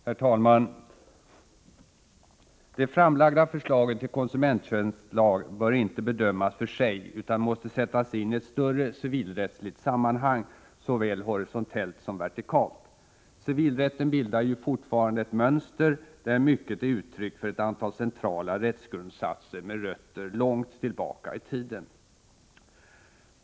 Herr talman! Det framlagda förslaget till konsumenttjänstlag bör inte bedömas för sig utan måste sättas in i ett större civilrättsligt sammanhang, såväl horisontellt som vertikalt. Civilrätten bildar ju fortfarande ett mönster, där mycket är uttryck för ett antal centrala rättsgrundsatser med rötter långt tillbaka i tiden.